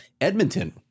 Edmonton